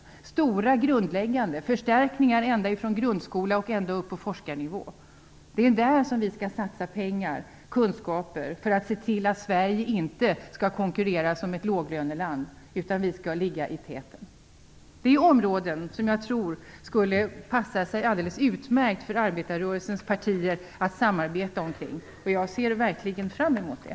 Det behövs stora grundläggande förstärkningar, ända från grundskola och upp på forskarnivå. Det är där vi skall satsa pengar och kunskaper för att se till att Sverige inte skall konkurrera som ett låglöneland, utan vi skall ligga i täten. Detta är områden som jag tror skulle passa alldeles utmärkt för arbetarrörelsens partier att samarbeta omkring. Jag ser verkligen fram emot det.